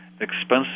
expensive